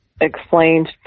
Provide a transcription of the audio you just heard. explained